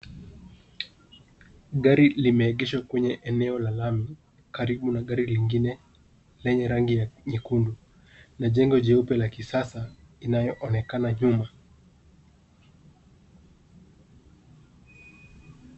Gari limeegeshwa kwenye eneo la lami karibu na gari lingine lenye rangi ya nyekundu na jengo jeupe la kisasa inayoonekana nyuma.